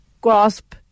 grasp